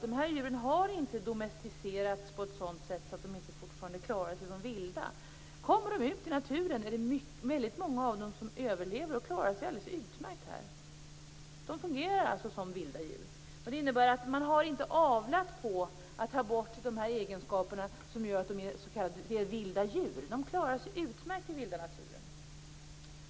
De här djuren har alltså inte domesticerats på ett sådant sätt att de inte klarar sig som vilda. Om de kommer ut i naturen är det många av dem som överlever och klarar sig utmärkt här. De fungerar alltså som vilda djur. Det innebär att man inte har avlat för att ta bort de egenskaper som gör att de är vilda djur, och de klarar sig utmärkt i fria naturen.